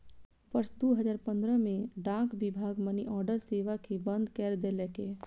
वर्ष दू हजार पंद्रह मे डाक विभाग मनीऑर्डर सेवा कें बंद कैर देलकै